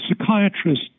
psychiatrists